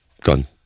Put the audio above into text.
gone